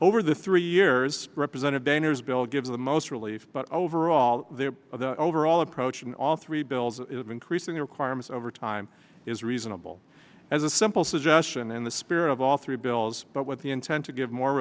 over the three years represented banners bill gives the most relief but overall the overall approach in all three bills is increasing the requirements over time is reasonable as a simple suggestion in the spirit of all three bills but with the intent to give more